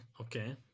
okay